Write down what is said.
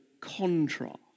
contrast